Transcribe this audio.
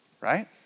Right